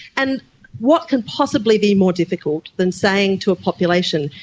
and what can possibly be more difficult than saying to a population,